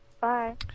Bye